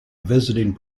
visiting